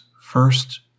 first